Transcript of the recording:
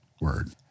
word